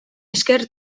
esker